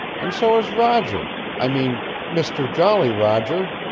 and so has roger i mean mister jolly roger.